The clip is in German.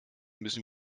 müssen